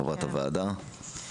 חברת הוועדה.